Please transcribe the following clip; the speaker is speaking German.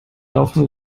laufen